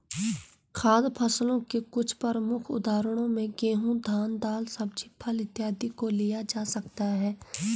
खाद्य फसलों के कुछ प्रमुख उदाहरणों में गेहूं, धान, दाल, सब्जी, फल इत्यादि को लिया जा सकता है